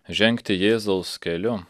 žengti jėzaus keliu